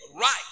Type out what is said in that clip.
right